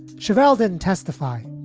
cheval then testify.